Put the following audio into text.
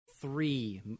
three